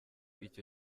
icyo